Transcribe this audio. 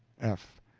f.